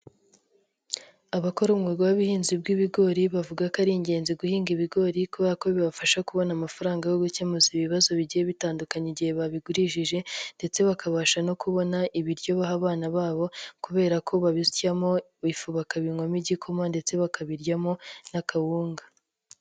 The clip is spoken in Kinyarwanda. Abakora umwuga w'ubuhinzi bw'ibigori bavuga ko ari ingenzi guhinga ibigori kubera ko bibafasha kubona amafaranga yo gukemura ibibazo bigiye bitandukanye igihe babigurishije ndetse bakabasha no kubona ibiryo baha abana babo kubera ko babisyamo ibifu, bakabinywamo igikoma ndetse bakabiryamo n'akawunga.